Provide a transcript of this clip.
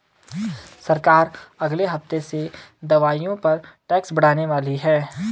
सरकार अगले हफ्ते से दवाइयों पर टैक्स बढ़ाने वाली है